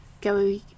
go